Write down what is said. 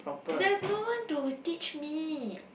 there's no one to teach me